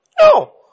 No